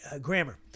grammar